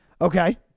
Okay